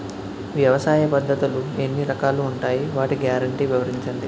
వ్యవసాయ పద్ధతులు ఎన్ని రకాలు ఉంటాయి? వాటి గ్యారంటీ వివరించండి?